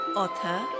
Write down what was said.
Author